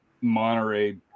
Monterey